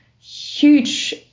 huge